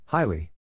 Highly